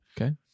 okay